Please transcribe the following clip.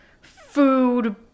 food